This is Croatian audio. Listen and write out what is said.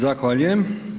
Zahvaljujem.